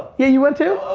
yeah you went too?